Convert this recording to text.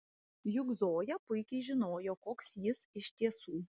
juk zoja puikiai žinojo koks jis iš tiesų